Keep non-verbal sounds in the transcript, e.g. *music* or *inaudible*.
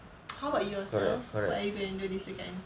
*noise* how about yourself what are you going to do this weekend